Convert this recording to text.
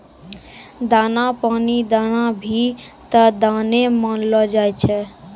दाना पानी देना भी त दाने मानलो जाय छै